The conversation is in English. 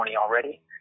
already